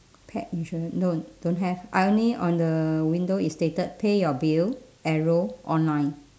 pet insurance no don't have I only on the window it stated pay your bill arrow online